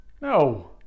no